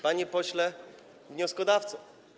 Panie Pośle Wnioskodawco!